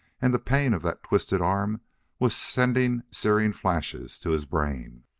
and the pain of that twisted arm was sending searing flashes to his brain.